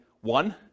one